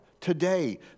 today